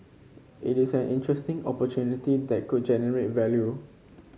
it is an interesting opportunity that could generate value